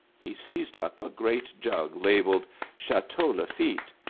he seized up a great jug labelled chateau lafitte,